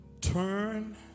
turn